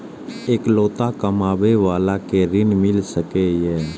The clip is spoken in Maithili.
इकलोता कमाबे बाला के ऋण मिल सके ये?